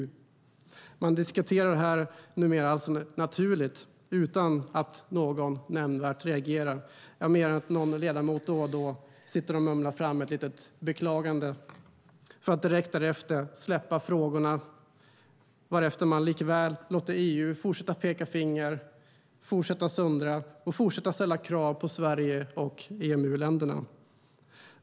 Man diskuterar numera detta naturligt utan att någon reagerar nämnvärt, mer än att någon ledamot då och då sitter och mumlar fram ett litet beklagande, för att direkt därefter släppa frågorna, varefter man låter EU fortsätta peka finger, fortsätta söndra och fortsätta ställa krav på Sverige och EMU-länderna.